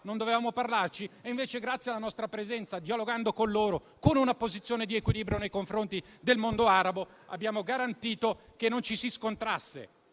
Non dovevamo parlarci? Invece, grazie alla nostra presenza, dialogando con loro, con una posizione di equilibrio nei confronti del mondo arabo, abbiamo garantito che non ci si scontrasse